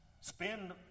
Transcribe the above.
spend